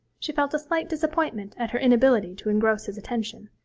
she felt a slight disappointment at her inability to engross his attention,